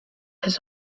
has